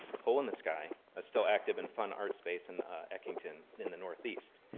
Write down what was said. hole in the sky, a still-active and fun art space in eckington in the northeast.